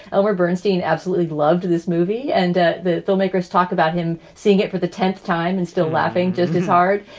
elmer bernstein absolutely loved this movie. and ah the filmmakers talk about him seeing it for the tenth time and still laughing just his heart.